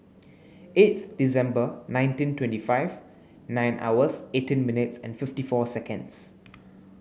eighth December nineteen twenty five nine hours eighteen minutes and fifty four seconds